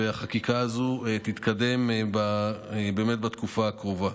והחקיקה הזו תתקדם באמת בתקופה הקרובה.